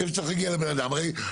הרי,